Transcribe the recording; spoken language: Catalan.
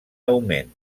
augment